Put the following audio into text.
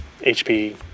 HP